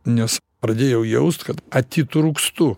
nes pradėjau jaust kad atitrūkstu